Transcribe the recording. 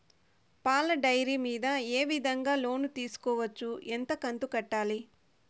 పాల డైరీ మీద ఏ విధంగా లోను తీసుకోవచ్చు? ఎంత కంతు కట్టాలి?